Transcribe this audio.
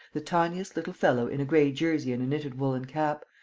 the tiniest little fellow in a gray jersey and a knitted woollen cap,